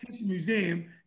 Museum